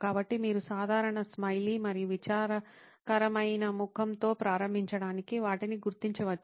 కాబట్టి మీరు సాధారణ స్మైలీ మరియు విచారకరమైన ముఖంతో ప్రారంభించడానికి వాటిని గుర్తించవచ్చు